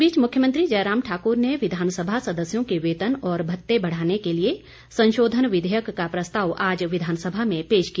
इस बीच मुख्यमंत्री जयराम ठाकुर ने विधानसभा सदस्यों के वेतन और भत्ते बढ़ाने के लिए संशोधन विधेयक का प्रस्ताव आज विधानसभा में पेश किया